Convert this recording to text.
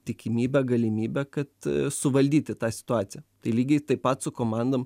tikimybę galimybę kad suvaldyti tą situaciją tai lygiai taip pat su komandom